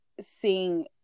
seeing